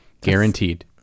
Guaranteed